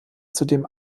zudem